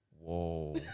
Whoa